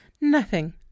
Nothing